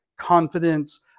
confidence